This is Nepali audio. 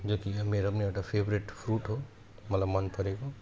जो कि मेरोम एउटा फेभरेट फ्रुट हो मलाई मनपरेको